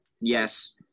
Yes